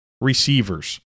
receivers